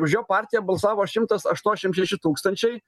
už jo partiją balsavo šimtas aštuoniasšim šeši tūkstančiai